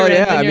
yeah.